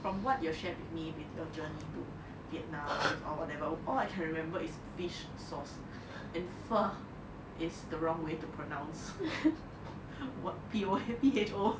from what you have shared with me with your journey to vietnam with or whatever all I can remember is fish sauce and pho is the wrong way to pronounce what P O P H O